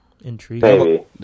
Intriguing